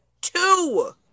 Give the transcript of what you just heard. Two